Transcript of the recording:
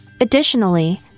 Additionally